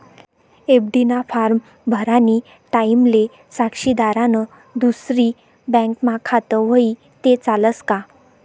FD ना form भरानी टाईमले साक्षीदारनं दुसरी बँकमा खातं व्हयी ते चालस का